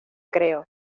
creo